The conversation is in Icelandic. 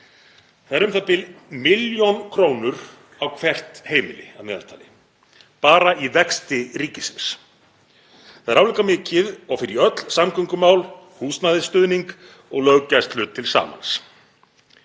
Það er u.þ.b. milljón krónur á hvert heimili að meðaltali, bara í vexti ríkisins. Það er álíka mikið og fer í öll samgöngumál, húsnæðisstuðning og löggæslu til samans.